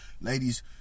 Ladies